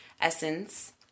Essence